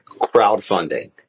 crowdfunding